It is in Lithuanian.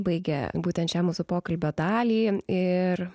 baigia būtent šią mūsų pokalbio dalį ir